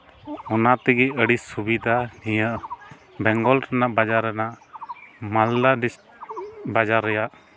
ᱚᱱᱟ ᱛᱮᱜᱮ ᱟᱹᱰᱤ ᱥᱩᱵᱤᱫᱟ ᱱᱤᱭᱟᱹ ᱵᱮᱝᱜᱚᱞ ᱨᱮᱱᱟᱜ ᱵᱟᱡᱟᱨ ᱨᱮᱱᱟᱜ ᱢᱟᱞᱫᱟ ᱰᱤᱥᱴᱨᱤᱠ ᱵᱟᱡᱟᱨ ᱨᱮᱭᱟᱜ